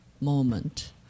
moment